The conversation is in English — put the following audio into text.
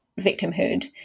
victimhood